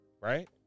right